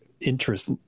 interest